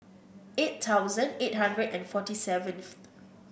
eight thousand eight hundred and forty seventh